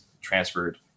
transferred